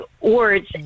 words